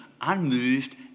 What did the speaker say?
unmoved